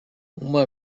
uma